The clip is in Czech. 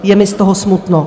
Je mi z toho smutno.